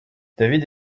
david